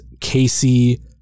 Casey